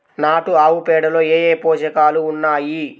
నాటు ఆవుపేడలో ఏ ఏ పోషకాలు ఉన్నాయి?